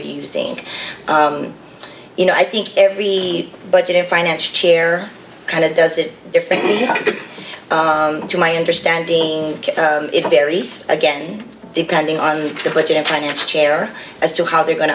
seeing you know i think every budget in financial chair kind of does it different to my understanding it varies again depending on the budget and finance chair as to how they're going